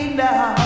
now